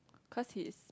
cause his